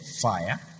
fire